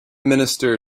minister